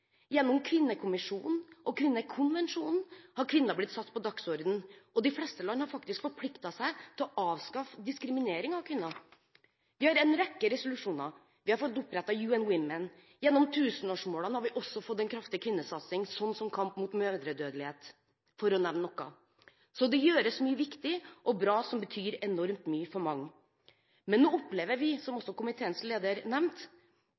Gjennom kvinnekommisjonen og kvinnekonvensjonen har kvinner blitt satt på dagsordenen, og de fleste land har faktisk forpliktet seg til å avskaffe diskriminering av kvinner. Vi har en rekke resolusjoner. Vi har fått opprettet UN Women. Gjennom tusenårsmålene har vi også fått en kraftig kvinnesatsing, sånn som kamp mot mødredødelighet, for å nevne noe. Så det gjøres mye viktig og bra som betyr enormt mye for mange. Men nå opplever vi, som også komiteens leder